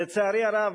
לצערי הרב,